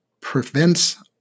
prevents